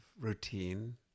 routine